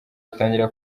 atangira